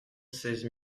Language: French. seize